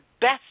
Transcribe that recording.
best